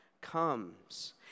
comes